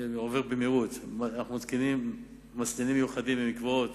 אנחנו מתקינים מסננים מיוחדים במקוואות,